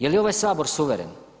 Je li ovaj Sabor suveren?